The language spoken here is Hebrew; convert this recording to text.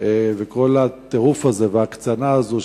וכל הטירוף הזה וההקצנה הזאת,